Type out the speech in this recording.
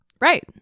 Right